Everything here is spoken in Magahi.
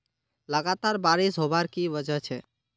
लगातार बारिश होबार की वजह छे?